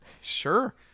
Sure